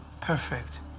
perfect